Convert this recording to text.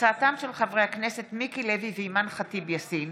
בהצעתם של חברי הכנסת מיקי לוי ואימאן ח'טיב יאסין